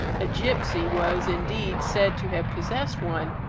a gipsy was, indeed, said to have possessed one,